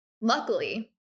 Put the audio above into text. luckily